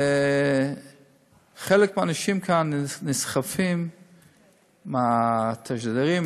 וחלק מהאנשים כאן נסחפים מהתשדירים,